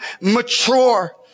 mature